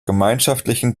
gemeinschaftlichen